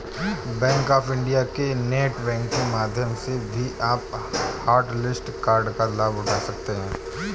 bank of India के net banking माध्यम से भी आप हॉटलिस्ट कार्ड का लाभ उठा सकते हैं